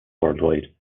worldwide